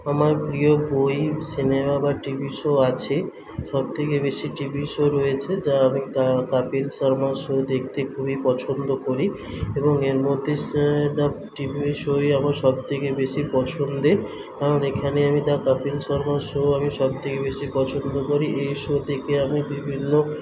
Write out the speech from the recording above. আমার প্রিয় বই সিনেমা বা টিভি শো আছে সব থেকে বেশি টিভি শো রয়েছে যা আমি কপিল শর্মা শো দেখতে খুবই পছন্দ করি এবং এর মধ্যে টিভি শোই আমার সব থেকে বেশি পছন্দের কারণ এখানে আমি কপিল শর্মা শো আমি সব থেকে বেশি পছন্দ করি এই শো দেখে আমি বিভিন্ন